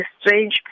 strange